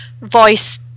voice